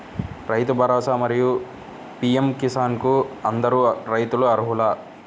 రైతు భరోసా, మరియు పీ.ఎం కిసాన్ కు అందరు రైతులు అర్హులా?